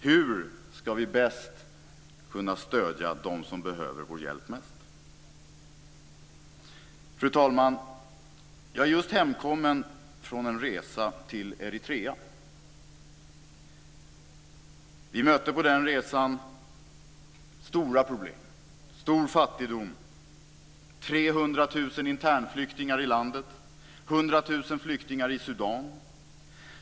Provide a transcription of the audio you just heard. Hur ska vi bäst kunna stödja dem som behöver vår hjälp mest? Fru talman! Jag är just hemkommen från en resa till Eritrea. Vi mötte på den resan stora problem. Det var stor fattigdom, 300 000 internflyktingar i landet och 100 000 flyktingar i Sudan.